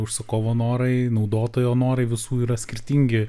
užsakovo norai naudotojo norai visų yra skirtingi